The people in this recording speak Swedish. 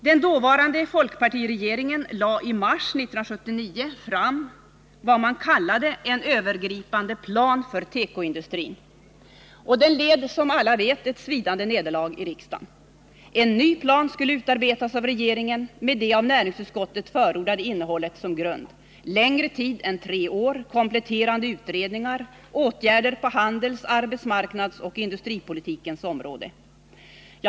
Den dåvarande folkpartiregeringen lade i mars 1979 fram vad man kallade en övergripande plan för tekoindustrin. Denled, som alla vet, ett svidande nederlag i riksdagen. En ny plan skulle utarbetas av regeringen med det av näringsutskottet förordade innehållet som grund — längre tid än tre år, kompletterande utredningar, åtgärder på handels-, arbetsmarknadsoch industripolitikens område.